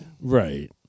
Right